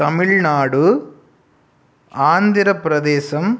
Tamil Nadu Andhra Pradesh